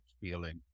feeling